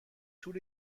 تور